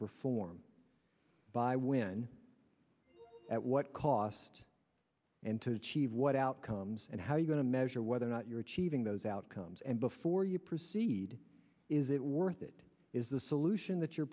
perform by when at what cost asked and to achieve what outcomes and how are you going to measure whether or not you're achieving those outcomes and before you proceed is it worth it is the solution that you're